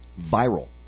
Viral